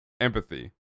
empathy